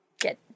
get